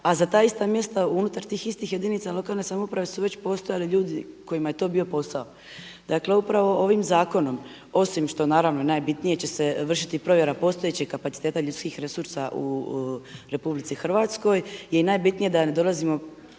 a za ta ista mjesta unutar tih istih jedinica lokalne samouprave su već postojali ljudi kojima je to bio posao. Dakle, upravo ovim zakonom osim što naravno najbitnije će se vršiti provjera postojećeg kapaciteta ljudskih resursa u RH je i najbitnije da ne dolazimo,